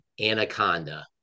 Anaconda